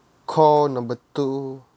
call number two